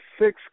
six